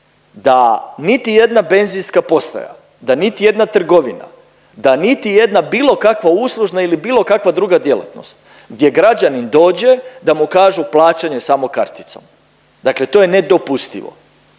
da niti jedna benzinska postaja, da niti jedna trgovina, da niti jedna bilo kakva uslužna ili bilo kakva druga djelatnost gdje građanin dođe da mu kažu plaćanje samo karticom, dakle to je nedopustivo